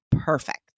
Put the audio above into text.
perfect